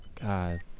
God